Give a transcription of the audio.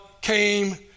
came